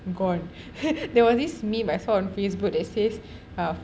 gone there was this meme I saw on facebook that says um